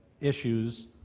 issues